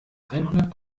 einhundert